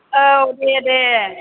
औ दे दे